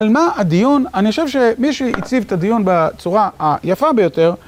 על מה הדיון? אני חושב שמי שהציב את הדיון בצורה היפה ביותר...